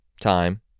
time